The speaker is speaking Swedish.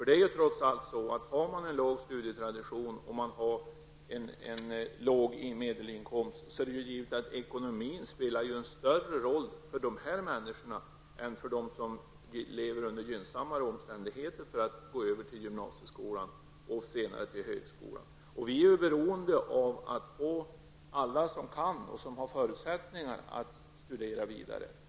Det är trots allt så att för dem som har en låg studietradition och en låg medelinkomst spelar ekonomin en större roll än för dem som lever under gynnsammare omständigheter när det gäller att fortsätta i gymnasieskolan och senare på högskolan. Vi är beroende av att alla som kan och har förutsättningar för att studera vidare gör detta.